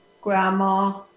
grandma